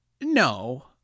No